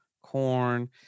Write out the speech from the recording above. corn